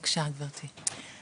בבקשה, גברתי.